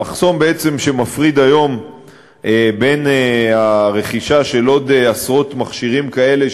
המחסום שמפריד היום בין הרכישה של עוד עשרות מכשירים כאלה,